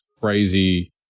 Crazy